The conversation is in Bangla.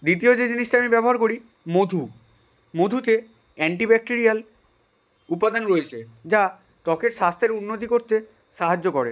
দ্বিতীয় যে জিনিসটা আমি ব্যবহার করি মধু মধুতে আ্যন্টি ব্যাকটেরিয়াল উপাদান রয়েছে যা ত্বকের স্বাস্থ্যের উন্নতি করতে সাহায্য করে